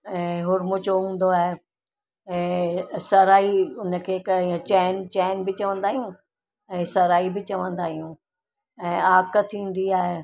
ऐं हुर्मूचो हूंदो आहे ऐं सराई उनखे क हीअं चैन चैन बि चवंदा आहियूं ऐं सराई बि चवंदा आहियूं ऐं आक थींदी आहे